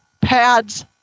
pads